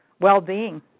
well-being